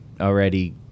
already